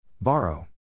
Borrow